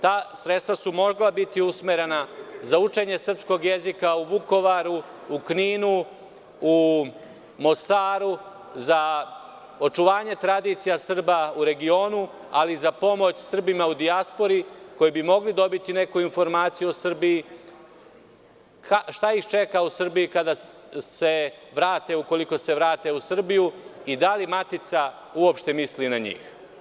Ta sredstva su mogla biti usmerena za učenje srpskog jezika u Vukovaru, u Kninu, u Mostaru, za očuvanje tradicije Srba u regionu, ali i za pomoć Srbima u dijaspori koji bi mogli dobiti neku informaciji o Srbiji šta ih čeka u Srbiji kada se vrate i ukoliko se vrate u Srbiju i da li matica uopšte misli na njih.